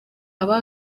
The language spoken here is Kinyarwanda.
aba